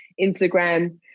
Instagram